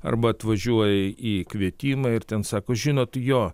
arba atvažiuoji į kvietimą ir ten sako žinot jo